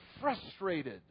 frustrated